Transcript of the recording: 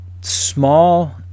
small